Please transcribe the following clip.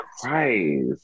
Christ